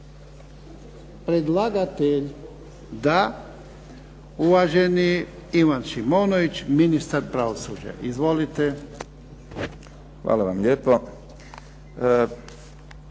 Predlagatelj da, uvaženi Ivan Šimonović ministar pravosuđa. Izvolite. **Šimonović,